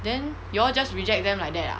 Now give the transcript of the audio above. then you all just reject them like that ah